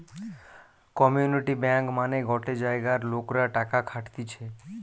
community bank মানে গটে জায়গার লোকরা টাকা খাটতিছে